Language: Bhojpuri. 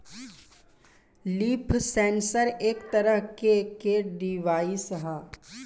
लीफ सेंसर एक तरह के के डिवाइस ह